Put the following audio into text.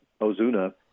Ozuna